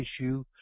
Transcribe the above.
issue